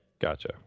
Gotcha